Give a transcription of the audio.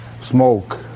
smoke